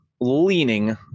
leaning